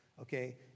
okay